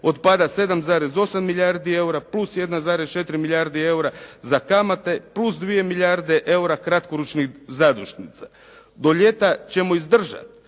otpada 7,8 milijardi eura plus 1,4 milijardi eura za kamate, plus 2 milijarde eura kratkoročnih zadužnica. Do ljeta ćemo izdržati